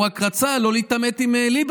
הוא רק רצה לא להתעמת עם ליברמן,